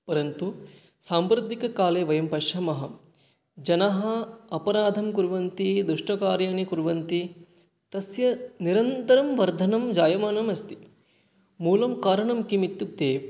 परन्तु साम्प्रतिककाले वयं पश्यामः जनाः अपराधं कुर्वन्ति दुष्टकार्याणि कुर्वन्ति तस्य निरन्तरं वर्धनं जायमानम् अस्ति मूलं कारणं किम् इत्युक्ते